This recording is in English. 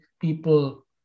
people